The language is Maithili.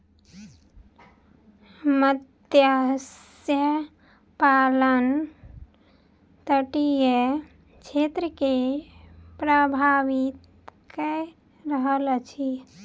मत्स्य पालन तटीय क्षेत्र के प्रभावित कय रहल अछि